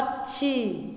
पक्षी